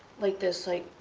like this like.